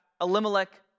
Elimelech